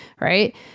right